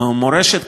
מורשת,